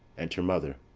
enter mother.